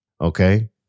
Okay